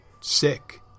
sick